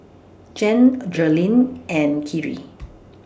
Jan Jerilynn and Khiry